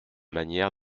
manière